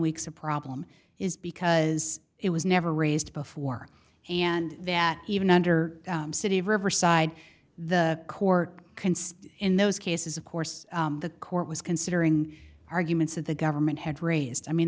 weeks a problem is because it was never raised before and that even under city of riverside the court can see in those cases of course the court was considering arguments that the government had raised i mean